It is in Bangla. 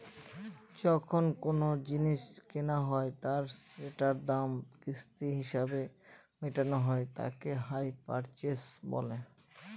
যখন কোনো জিনিস কেনা হয় আর সেটার দাম কিস্তি হিসেবে মেটানো হয় তাকে হাই পারচেস বলে